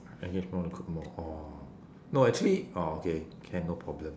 I just want to cook more or no actually orh okay can no problem